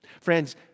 Friends